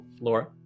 Laura